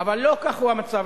אבל לא כך הוא המצב.